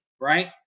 right